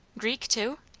greek too?